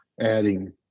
adding